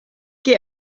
qué